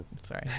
Sorry